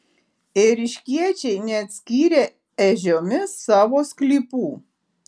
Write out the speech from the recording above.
ėriškiečiai neatskyrė ežiomis savo sklypų